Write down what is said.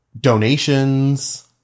donations